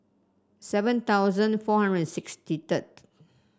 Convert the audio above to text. seven thousand four hundred sixty threerd